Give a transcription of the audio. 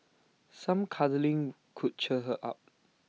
some cuddling could cheer her up